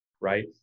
right